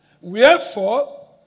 Wherefore